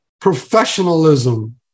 professionalism